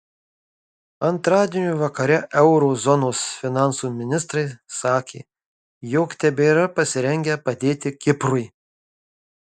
antradienio vakare euro zonos finansų ministrai sakė jog tebėra pasirengę padėti kiprui